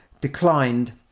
declined